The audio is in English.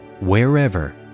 wherever